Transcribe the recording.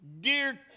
Dear